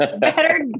better